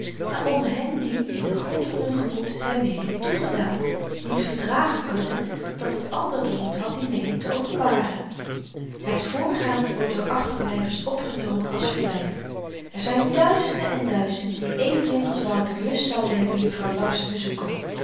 maar onder hen die in den grond van hun gemoed zyn meening toegedaan niet verdragen kunnen dat n ander den moed had die meening te openbaren het vrgaan wordt door achterblyvers opgenomen als verwyt er zyn duizenden en duizenden die evenmin als wouter lust zouden hebben juffrouw laps te bezoeken